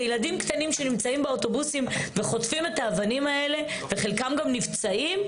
ילדים קטנים שנמצאים באוטובוסים וחוטפים את האבנים האלה וחלקם נפצעים,